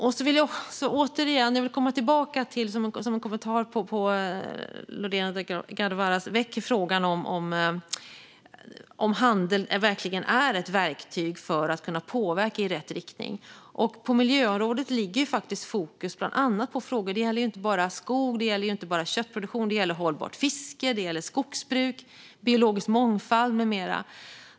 Jag vill återigen kommentera Lorena Delgado Varas fråga om handeln verkligen är ett verktyg för att kunna påverka i rätt riktning. På miljöområdet ligger faktiskt fokus bland annat på frågor som inte bara gäller skog och köttproduktion utan även hållbart fiske, skogsbruk, biologisk mångfald med mera.